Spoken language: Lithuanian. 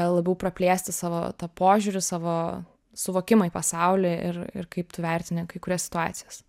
labiau praplėsti savo tą požiūrį savo suvokimą į pasaulį ir ir kaip tu vertini kai kurias situacijas